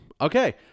Okay